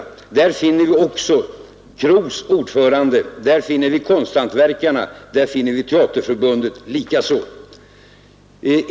Däribland finner vi KRO:s ordförande, företrädare för konsthantverkarna och för teaterförbundet.